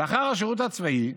"לאחר השירות הצבאי,